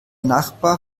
nachbar